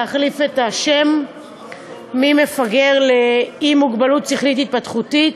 להחליף את השם מ"מפגר" ל"עם מוגבלות שכלית התפתחותית".